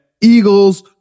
Eagles